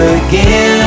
again